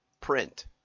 print